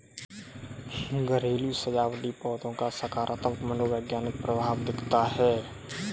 घरेलू सजावटी पौधों का सकारात्मक मनोवैज्ञानिक प्रभाव दिखता है